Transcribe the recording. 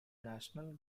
national